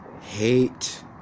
hate